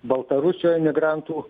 baltarusijoj migrantų